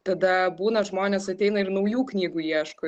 tada būna žmonės ateina ir naujų knygų ieško